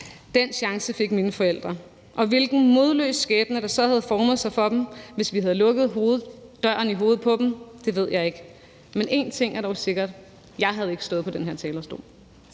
Den chance fik mine forældre. Og hvilken modløs skæbne, der havde formet sig for dem, hvis vi havde lukket døren hovedet på dem, ved jeg ikke. Men en ting er dog sikker: Jeg havde ikke stået på den her talerstol.